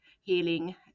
healing